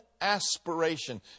aspiration